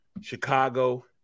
Chicago